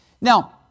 Now